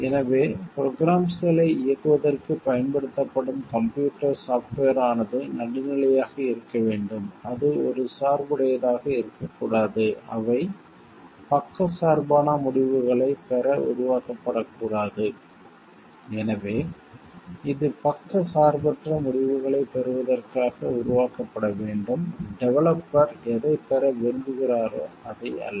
எனவே ப்ரொக்ராம்ஸ்களை இயக்குவதற்குப் பயன்படுத்தப்படும் கம்ப்யூட்டர் சாப்ட்வேர் ஆனது நடுநிலையாக இருக்க வேண்டும் அது ஒரு சார்புடையதாக இருக்கக்கூடாது அவை பக்கச்சார்பான முடிவுகளைப் பெற உருவாக்கப்படக்கூடாது எனவே இது பக்கச்சார்பற்ற முடிவுகளைப் பெறுவதற்காக உருவாக்கப்பட வேண்டும் டெவலப்பர் எதைப் பெற விரும்புகிறாரோ அதை அல்ல